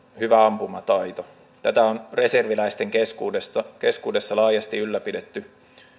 hyvä ampumataito tätä on reserviläisten keskuudessa keskuudessa laajasti ylläpidetty